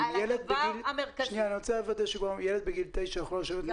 ילד בגיל תשע יכול לשבת קדימה.